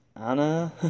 anna